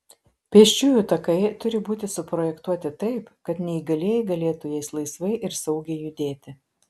pėsčiųjų takai turi būti suprojektuoti taip kad neįgalieji galėtų jais laisvai ir saugiai judėti